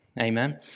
amen